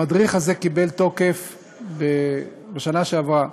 המדריך הזה קיבל בשנה שעברה,